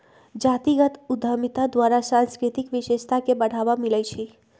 जातीगत उद्यमिता द्वारा सांस्कृतिक विशेषता के बढ़ाबा मिलइ छइ